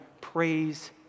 Praise